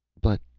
but,